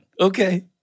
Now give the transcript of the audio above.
Okay